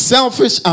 Selfish